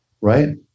right